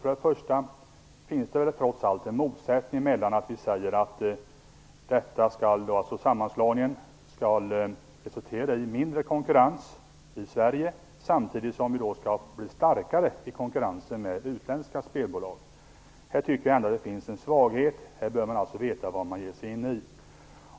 För det första finns det väl trots allt en motsättning mellan att sammanslagningen skall resultera i mindre konkurrens i Sverige samtidigt som vi skall bli starkare i konkurrensen med utländska spelbolag. Här tycker jag att det finns en svaghet, och här bör man veta vad man ger sig in i.